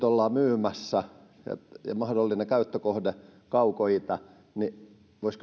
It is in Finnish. ollaan myymässä ja mahdollinen käyttökohde on kaukoitä niin voisi